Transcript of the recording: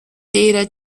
data